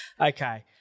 Okay